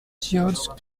george